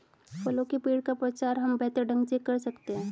फलों के पेड़ का प्रचार हम बेहतर ढंग से कर सकते हैं